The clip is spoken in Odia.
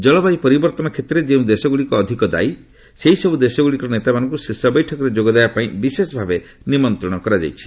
ଜଳବାୟୁ ପରିବର୍ତ୍ତନ କ୍ଷେତ୍ରରେ ଯେଉଁ ଦେଶଗୁଡ଼ିକ ଅଧିକ ଦାୟୀ ସେହିସବୁ ଦେଶଗୁଡ଼ିକର ନେତାମାନଙ୍କୁ ଶୀର୍ଷ ବୈଠକରେ ଯୋଗଦେବାପାଇଁ ବିଶେଷଭାବେ ନିମନ୍ତ୍ରଣ କରାଯାଇଛି